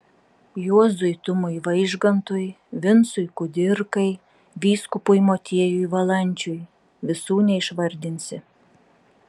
juozui tumui vaižgantui vincui kudirkai vyskupui motiejui valančiui visų neišvardinsi